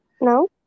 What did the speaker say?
No